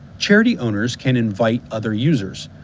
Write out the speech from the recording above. charity owners can invite other users.